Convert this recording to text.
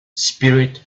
spirit